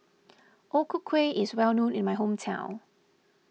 O Ku Kueh is well known in my hometown